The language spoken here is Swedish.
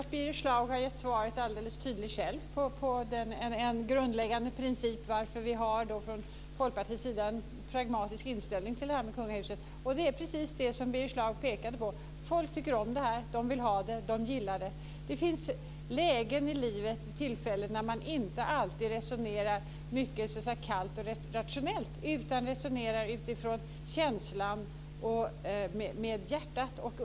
Herr talman! Jag tycker att Birger Schlaug har gett svaret alldeles tydligt själv på frågan om den grundläggande principen och varför vi från Folkpartiets sida har en pragmatisk inställning till kungahuset. Det är precis det som Birger Schlaug pekade på, nämligen att folk tycker om det här. De vill ha det, och de gillar det. Det finns lägen och tillfällen i livet när man inte alltid resonerar så kallt och rationellt, utan resonerar utifrån känslan och med hjärtat.